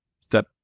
step